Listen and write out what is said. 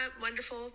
wonderful